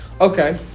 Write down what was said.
Okay